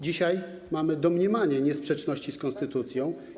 Dzisiaj mamy domniemanie niesprzeczności z konstytucją.